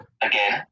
again